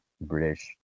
British